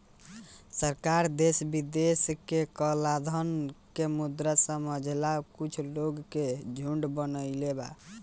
सरकार देश विदेश के कलाधन के मुद्दा समझेला कुछ लोग के झुंड बनईले बा